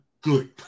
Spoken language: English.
good